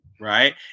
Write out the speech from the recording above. right